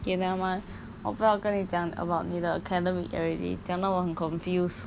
K never mind 我不要跟你讲 about 你的 academic already 讲到我很 confuse